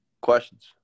Questions